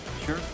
sure